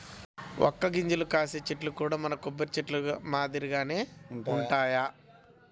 వక్క గింజలు కాసే చెట్లు కూడా మన కొబ్బరి చెట్లు మాదిరిగానే వుంటయ్యి